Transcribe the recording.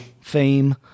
fame